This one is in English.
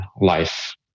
life